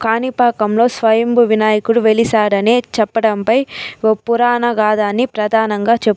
కాణిపాకంలో స్వయంభు వినాయకుడు వెలిశాడనే చెప్పడంపై ఒక పురాణ గాధ అని ప్రధానంగా